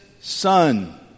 son